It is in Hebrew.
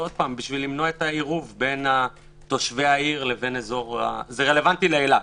כדי למנוע את העירוב בין תושבי העיר - זה רלוונטי לאילת.